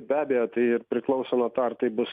be abejo tai ir priklauso nuo to ar tai bus